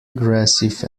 aggressive